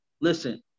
Listen